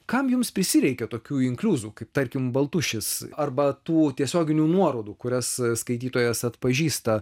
kam jums prisireikė tokių inkliuzų kaip tarkim baltušis arba tų tiesioginių nuorodų kurias skaitytojas atpažįsta